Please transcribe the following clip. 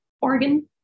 organ